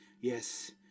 yes